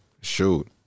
shoot